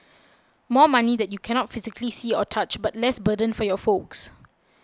more money that you cannot physically see or touch but less burden for your folks